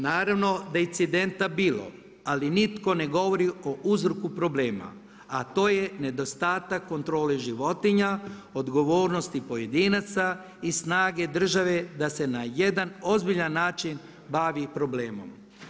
Naravno da je incidenta bilo ali nitko ne govori o uzroku problema a to je nedostatak kontrole životinja, odgovornosti pojedinaca i snage države da se na jedan ozbiljan način bavi problemom.